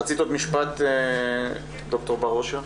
רצית עוד משפט, ד"ר בר אושר.